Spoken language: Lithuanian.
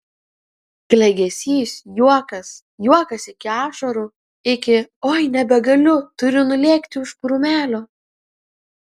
klegesys juokas juokas iki ašarų iki oi nebegaliu turiu nulėkti už krūmelio